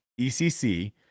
ECC